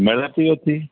ମେଳାଠି ଅଛି